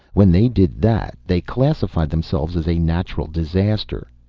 when they did that they classified themselves as a natural disaster.